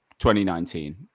2019